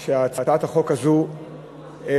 מכך שהצעת החוק הזאת באה